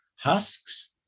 husks